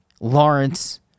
Lawrence